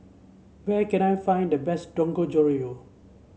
where can I find the best Dangojiru